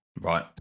Right